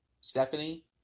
Stephanie